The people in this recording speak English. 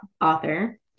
author